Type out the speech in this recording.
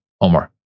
Omar